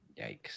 Yikes